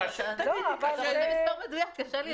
אתם רוצים מספר מדויק, קשה לי להעריך.